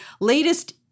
latest